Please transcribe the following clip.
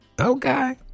Okay